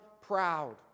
proud